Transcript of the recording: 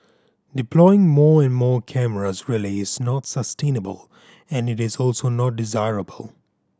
deploying more and more cameras really is not sustainable and it is also not desirable